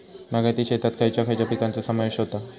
बागायती शेतात खयच्या खयच्या पिकांचो समावेश होता?